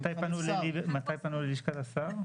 מתי פנו ללשכת השר?